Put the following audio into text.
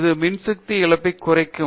இது மின்சக்தி இழப்பை குறைக்கும்